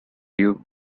you